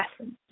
essence